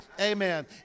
amen